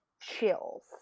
chills